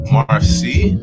Marcy